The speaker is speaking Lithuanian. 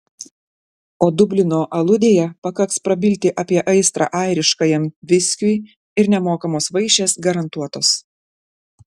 o dublino aludėje pakaks prabilti apie aistrą airiškajam viskiui ir nemokamos vaišės garantuotos